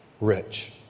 Rich